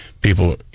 people